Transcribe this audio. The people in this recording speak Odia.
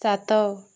ସାତ